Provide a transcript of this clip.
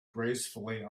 gracefully